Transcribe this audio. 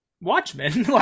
Watchmen